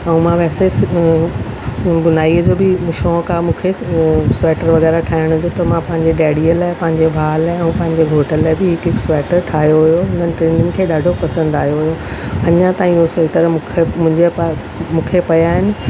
ऐं मां वैसेस बुनाईअ जो बि शौक़ु आहे मूंखे स्वेटर वग़ैरह ठाहिण जो त मां पंहिंजे डैडीअ लाइ पंहिंजे भाउ लाइ ऐं पंहिंजे घोट लाइ बि हिकु हिकु स्वेटर ठाहियो हुओ उन्हनि टिन्हिनि खे ॾाढो पसंदि आयो हुओ अञा ताईं उहो स्वेटर मूंखे मुंहिंजे मूंखे पिया आहिनि